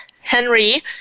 Henry